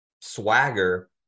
swagger